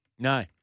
No